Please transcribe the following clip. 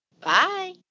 Bye